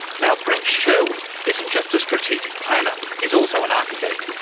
now, brent sherwood isn't just a strategic planner he's also an architect,